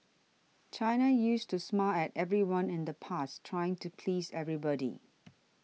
China used to smile at everyone in the past trying to please everybody